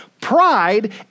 Pride